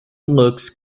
looks